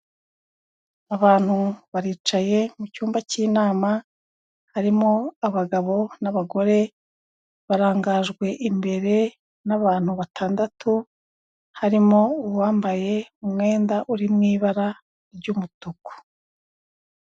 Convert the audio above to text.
Abantu baricaye mu cyumba cy'inama, harimo abagabo n'abagore, barangajwe imbere n'abantu batandatu, harimo uwambaye umwenda uri mu ibara ry'umutuku.